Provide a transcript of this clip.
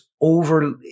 over